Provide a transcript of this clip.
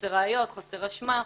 מחוסר ראיות, חוסר אשמה,